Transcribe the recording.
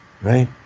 right